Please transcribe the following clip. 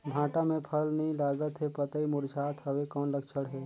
भांटा मे फल नी लागत हे पतई मुरझात हवय कौन लक्षण हे?